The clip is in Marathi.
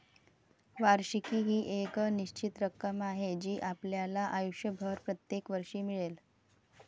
वार्षिकी ही एक निश्चित रक्कम आहे जी आपल्याला आयुष्यभर प्रत्येक वर्षी मिळेल